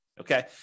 Okay